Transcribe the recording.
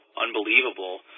unbelievable